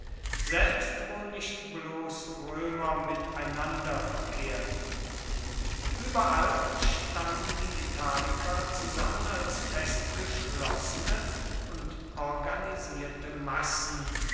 selbst wo nicht bloß römer miteinander verkehrten überall standen die italiker zusammen als festgeschlossene und organisierte massen